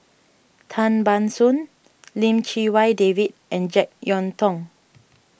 Tan Ban Soon Lim Chee Wai David and Jek Yeun Thong